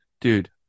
dude